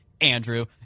Andrew